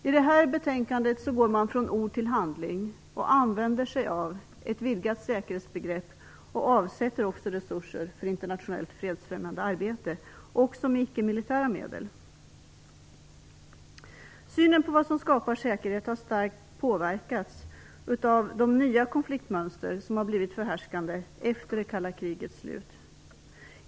I det här betänkandet går man från ord till handling och använder sig av ett vidgat säkerhetsbegrepp. Man avsätter också resurser för internationellt fredsfrämjande arbete också med icke militära medel. Synen på vad som skapar säkerhet har starkt påverkats av de nya konfliktmönster som har blivit förhärskande efter det kalla krigets slut.